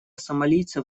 сомалийцев